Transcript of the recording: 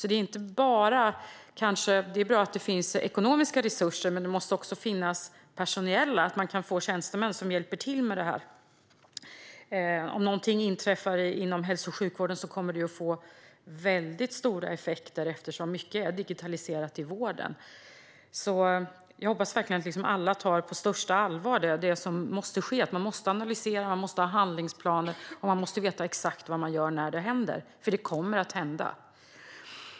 Det är bra att det finns ekonomiska resurser, men det måste också finnas personella resurser så att man kan få tjänstemän som hjälper till med detta. Om något inträffar inom hälso och sjukvården kommer det att få väldigt stora effekter eftersom mycket är digitaliserat i vården. Jag hoppas verkligen att alla tar det som måste ske på största allvar. Man måste analysera, man måste ha handlingsplaner och man måste veta exakt vad man gör när det händer - för det kommer att hända.